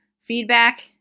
feedback